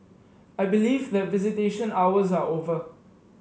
I believe that visitation hours are over